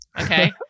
okay